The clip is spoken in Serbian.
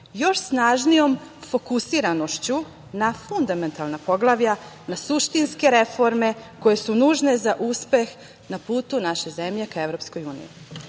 još snažnijom fokusiranošću na fundamentalna poglavlja, na suštinske reforme koje su nužne za uspeh na putu naše zemlje ka EU.Druga